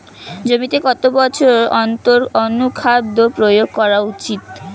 জমিতে কত বছর অন্তর অনুখাদ্য প্রয়োগ করা উচিৎ?